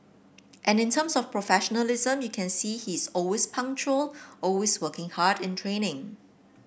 and in terms of professionalism you can see he is always punctual always working hard in training